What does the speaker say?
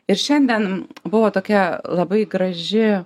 ir šiandien buvo tokia labai graži